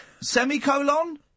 Semicolon